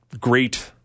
great